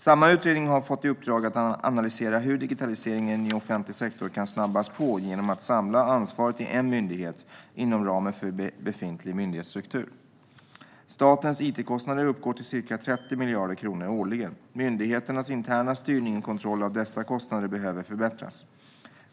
Samma utredning har fått i uppdrag att analysera hur digitaliseringen i offentlig sektor kan snabbas på genom att ansvaret samlas i en myndighet inom ramen för befintlig myndighetsstruktur. Statens it-kostnader uppgår till ca 30 miljarder kronor årligen. Myndigheternas interna styrning och kontroll av dessa kostnader behöver förbättras.